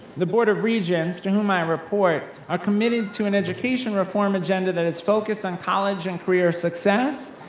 the board of regents, to whom i report, are committed to an education reform agenda that is focused on college and career success,